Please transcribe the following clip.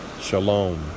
Shalom